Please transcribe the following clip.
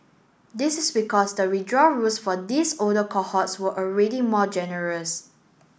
this is because the withdrawal rules for these older cohorts were already more generous